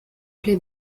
play